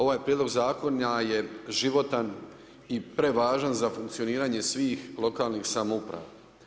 Ovaj prijedlog zakona je životan i prevažan za funkcioniranje svih lokalnih samouprava.